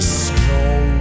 snow